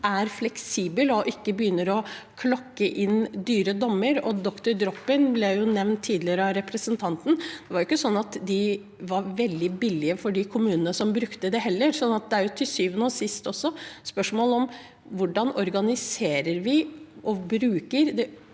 er fleksibel og ikke begynner å plotte inn i dyre dommer. Dr.Dropin ble nevnt tidligere av representanten. Det var ikke slik at de var veldig billig for de kommunene som brukte dem. Til syvende og sist er det et spørsmål om hvordan vi organiserer og bruker de